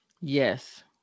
Yes